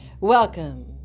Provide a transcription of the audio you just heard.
Welcome